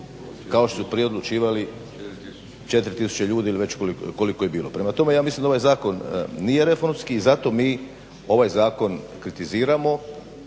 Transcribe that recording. kao što su prije odlučivali 4 tisuće ljudi ili koliko je bilo. Prema tome ja mislim da ovaj zakon nije reformski i zato mi ovaj zakon kritiziramo